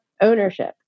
ownership